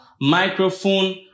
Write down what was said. microphone